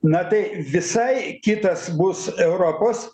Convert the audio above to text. na tai visai kitas bus europos